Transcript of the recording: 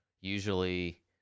usually